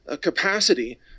capacity